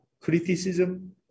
criticism